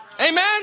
Amen